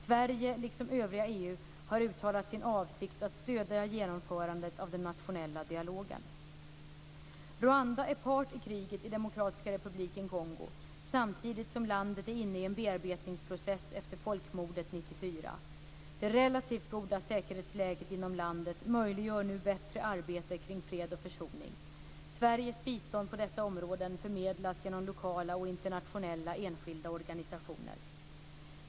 Sverige, liksom övriga EU, har uttalat sin avsikt att stödja genomförandet av den nationella dialogen. Rwanda är part i kriget i Demokratiska republiken Kongo, samtidigt som landet är inne i en bearbetningsprocess efter folkmordet 1994. Det relativt goda säkerhetsläget inom landet möjliggör nu bättre arbete kring fred och försoning. Sveriges bistånd på dessa områden förmedlas genom lokala och internationella enskilda organisationer.